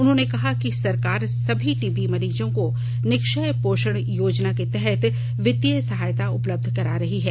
उन्होंने कहा कि सरकार सभी टीबी मरीजों को निक्षय पोषण योजना के तहत वित्तीय सहायता उपलब्ध करा रही है